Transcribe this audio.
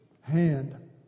hand